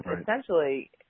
essentially